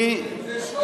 אני, זה לא הפקעה, זה שוד,